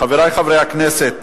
חברי חברי הכנסת.